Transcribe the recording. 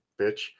bitch